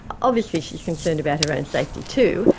obviously she is concerned about her own safety too,